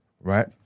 right